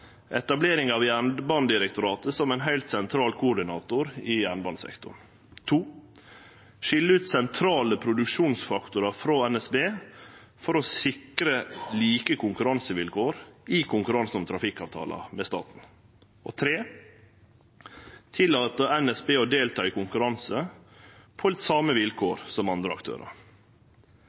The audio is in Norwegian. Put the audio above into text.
etablering av Jernbanedirektoratet som ein heilt sentral koordinator i jernbanesektoren skilje ut sentrale produksjonsfaktorar frå NSB for å sikre like konkurransevilkår i konkurransen om trafikkavtalar med staten tillate NSB å delta i konkurransar på same vilkår som andre aktørar